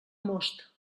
most